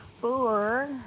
four